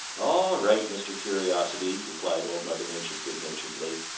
all right, mr. curiosity, replied old mother nature good-naturedly,